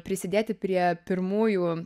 prisidėti prie pirmųjų